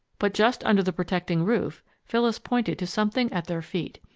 but just under the protecting roof, phyllis pointed to something at their feet.